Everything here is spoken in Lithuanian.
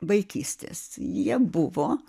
vaikystės jie buvo